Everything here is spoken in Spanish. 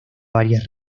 varias